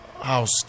house